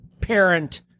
parent